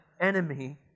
enemy